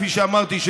כפי שאמרתי,